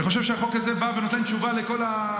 אני חושב שהחוק הזה נותן תשובה לכל